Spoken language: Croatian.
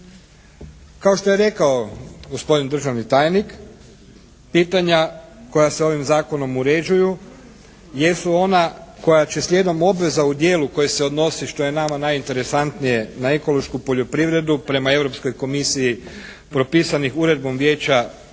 Kao što je rekao gospodin državni tajnik pitanja koja se ovim zakonom uređuju jesu ona koja će slijedom obveza u dijelu koje se odnosi što je nama najinteresantnije na ekološku poljoprivredu prema Europskoj komisiji propisanih Uredbom Vijeća